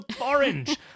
orange